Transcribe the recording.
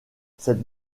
cette